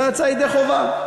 לא יצא ידי חובה,